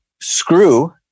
screw